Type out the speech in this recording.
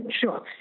sure